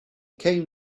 came